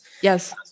Yes